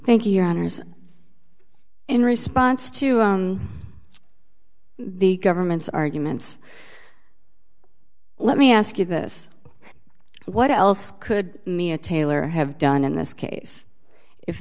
thank your honour's in response to the government's arguments let me ask you this what else could mia taylor have done in this case if